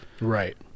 Right